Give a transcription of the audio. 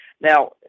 Now